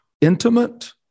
intimate